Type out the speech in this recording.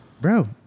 bro